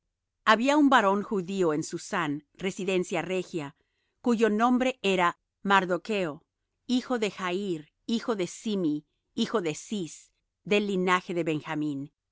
había un varón judío en susán residencia regia cuyo nombre era mardocho hijo de jair hijo de simi hijo de cis del linaje de benjamín